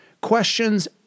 questions